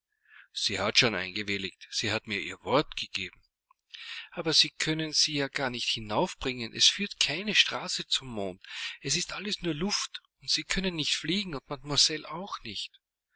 sie hat schon eingewilligt sie hat mir ihr wort gegeben aber sie können sie ja gar nicht hinaufbringen es führt keine straße zum mond es ist alles nur luft und sie können nicht fliegen und mademoiselle auch nicht